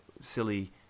silly